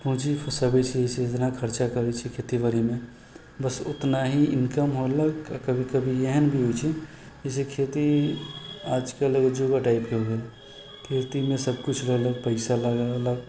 पूँजी फँसाबै छै जइसे जतना खर्चा करै छै खेती बाड़ीमे बस ओतना ही इनकम होइलक आओर कभी कभी एहन भी होइ छै जइसे खेती आजकल एगो जुआ टाइपके हो गेल खेतीमे सबकिछु केलक पैसा लगेलक